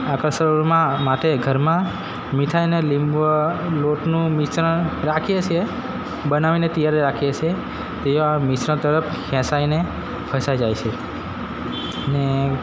આકર્ષણ માટે ઘરમાં મીઠાઇ અને લીંબ લોટનું મિશ્રણ રાખીએ છીએ બનાવીને તૈયાર જ રાખીએ છીએ તેવા મિશ્રણ તરફ ખેંચાઈને ફસાઈ જાય છે ને